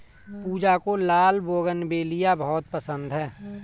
पूजा को लाल बोगनवेलिया बहुत पसंद है